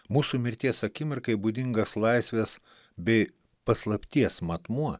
mūsų mirties akimirkai būdingas laisvės bei paslapties matmuo